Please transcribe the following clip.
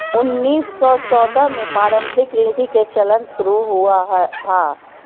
उन्नीस सौ चौदह में पारस्परिक निधि के चलन शुरू हुआ था